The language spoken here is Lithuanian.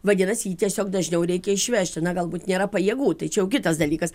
vadinasi jį tiesiog dažniau reikia išvežti na galbūt nėra pajėgų tai čia jau kitas dalykas